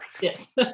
Yes